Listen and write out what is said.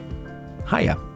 Hiya